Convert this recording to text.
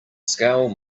scale